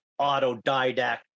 autodidact